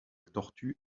tortue